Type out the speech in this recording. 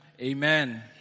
Amen